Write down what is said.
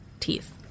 teeth